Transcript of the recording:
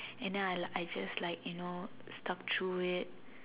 and then I like I just like you know stuck through it